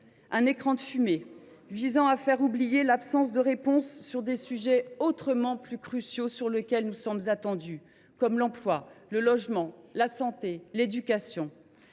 un écran de fumée visant à faire oublier l’absence de réponse sur des sujets autrement cruciaux sur lesquels nous sommes attendus, qu’il s’agisse de l’emploi, du logement, de la santé ou de l’éducation.